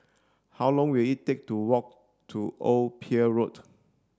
how long will it take to walk to Old Pier Road